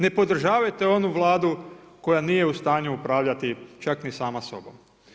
Ne podržavajte onu Vladu koja nije u stanju upravljati čak ni sama sobom.